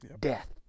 death